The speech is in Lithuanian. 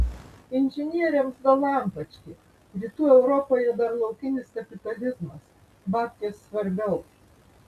inžinieriams dalampački rytų europoje dar laukinis kapitalizmas babkės svarbiau